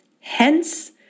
Hence